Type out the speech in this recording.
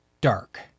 dark